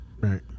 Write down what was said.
Right